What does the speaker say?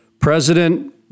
president